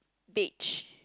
beige